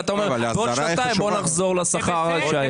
ואתה אומר שבעוד שנתיים נחזור לשכר שהיה.